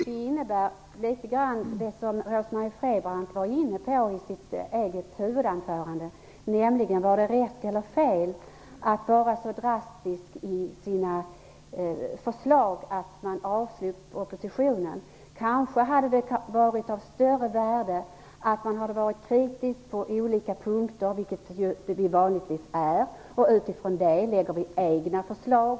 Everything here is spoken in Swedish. Rose Marie Frebran frågade själv i sitt huvudanförande om det var rätt eller fel att oppositionspartierna var så drastiska i sina förslag att man därmed avstyrkte propositionen. Kanske hade det varit av större värde om man - som vanligtvis är fallet - hade varit kritisk på olika punkter och utifrån det hade lagt fram egna förslag.